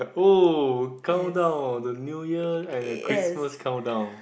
oh countdown the New Year and the Christmas countdown